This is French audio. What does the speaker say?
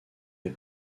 est